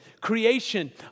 creation